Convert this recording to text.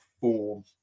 form